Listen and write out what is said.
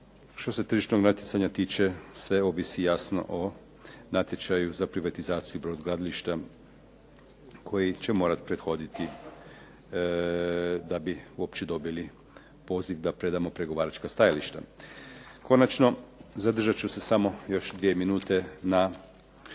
što se Tržišnog natjecanja tiče sve ovisi jasno o natječaju za privatizaciju brodogradilišta koji će morati prethoditi da bi uopće dobili poziv da predamo pregovaračka stajališta. Konačno zadržat ću se još samo dvije minute na